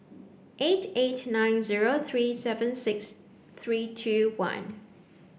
eight eight nine zero three seven six three two one